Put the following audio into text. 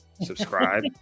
Subscribe